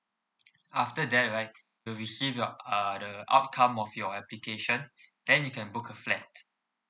after that right you'll received your uh the outcome of your application then you can book a flat